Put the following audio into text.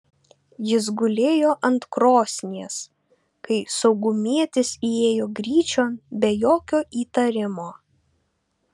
jis gulėjo ant krosnies kai saugumietis įėjo gryčion be jokio įtarimo